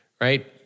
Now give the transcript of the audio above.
right